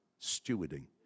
stewarding